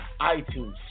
iTunes